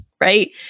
right